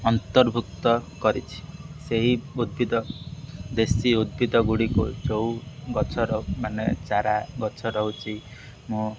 ଅନ୍ତର୍ଭୁକ୍ତ କରିଛି ସେହି ଉଦ୍ଭିଦ ଦେଶୀ ଉଦ୍ଭିଦଗୁଡ଼ିକୁ ଯେଉଁ ଗଛର ମାନେ ଚାରା ଗଛ ରହୁଛି ମୁଁ